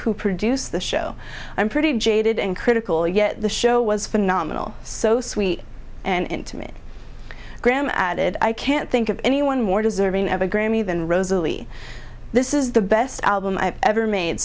who produced the show i'm pretty jaded and critical yet the show was phenomenal so sweet and to me graham added i can't think of anyone more deserving of a grammy than rosalie this is the best album i've ever made